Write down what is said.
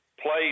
plays